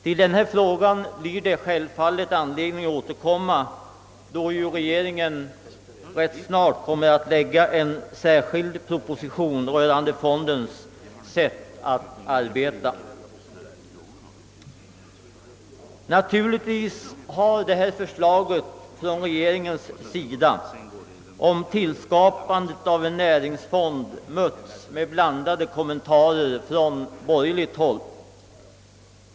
Till den frågan blir det dock anledning återkomma sedan regeringen lagt fram en särskild proposition med förslag rörande fondens sätt att arbeta. Naturligtvis har regeringens förslag om tillskapandet av en näringsfond föranlett blandade kommentarer från borgerligt håll.